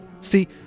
See